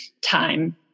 time